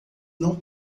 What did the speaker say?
não